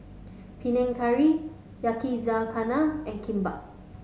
Panang Curry Yakizakana and Kimbap